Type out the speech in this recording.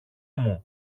μου